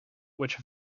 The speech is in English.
which